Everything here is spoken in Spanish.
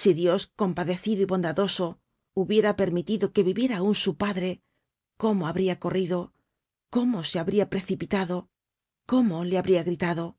si dios compadecido y bondadoso hubiera permitido que viviera aun su padre cómo habria corrido cómo se habria precipitado cómo le habria gritado